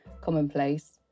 commonplace